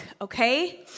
okay